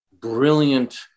brilliant